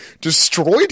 destroyed